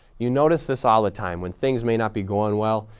you notice this all the time when things may not be going well,